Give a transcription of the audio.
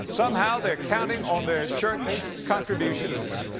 somehow they're counting on their church contributions.